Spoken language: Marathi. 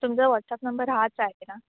तुमचा व्हॉट्सअप नंबर हाच आहे ना